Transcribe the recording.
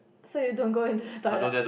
so you don't go into the toilet